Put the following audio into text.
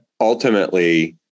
ultimately